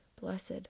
blessed